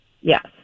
Yes